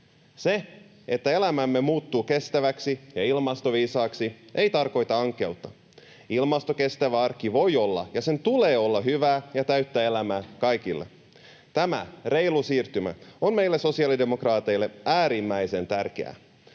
Se, että elämämme muuttuu kestäväksi ja ilmastoviisaaksi, ei tarkoita ankeutta. Ilmastokestävä arki voi olla, ja sen tulee olla, hyvää ja täyttä elämää kaikille. Tämä reilu siirtymä on meille sosiaalidemokraateille äärimmäisen tärkeää.